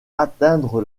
atteindre